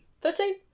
Thirteen